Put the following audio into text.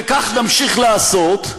וכך נמשיך לעשות.